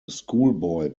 schoolboy